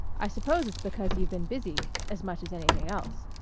i suppose it's because you've been busy as much as anything else,